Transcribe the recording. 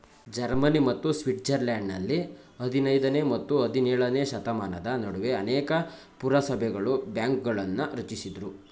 Germany ಮತ್ತು ಸ್ವಿಟ್ಜರ್ಲೆಂಡ್ನಲ್ಲಿ ಹದಿನೈದನೇ ಮತ್ತು ಹದಿನೇಳನೇಶತಮಾನದ ನಡುವೆ ಅನೇಕ ಪುರಸಭೆಗಳು ಬ್ಯಾಂಕ್ಗಳನ್ನ ರಚಿಸಿದ್ರು